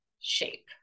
shape